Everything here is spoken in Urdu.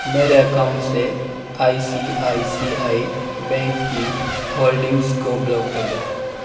میرے اکاؤنٹ سے آئی سی آئی سی آئی بینک کی ہولڈنگس کو بلاک کر دو